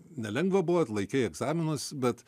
nelengva buvo atlaikei egzaminus bet